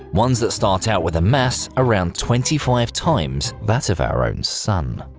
ones that start out with a mass around twenty five times that of our own sun.